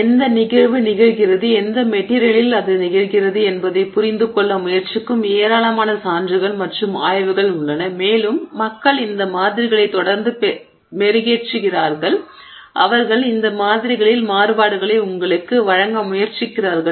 எந்த நிகழ்வு நிகழ்கிறது எந்த மெட்டிரியலில் அது நிகழ்கிறது என்பதைப் புரிந்துகொள்ள முயற்சிக்கும் ஏராளமான சான்றுகள் மற்றும் ஆய்வுகள் உள்ளன மேலும் மக்கள் இந்த மாதிரிகளைத் தொடர்ந்து மெருகேற்றினார்கள் அவர்கள் இந்த மாதிரிகளில் மாறுபாடுகளை உங்களுக்கு வழங்க முயற்சிக்கிறார்கள்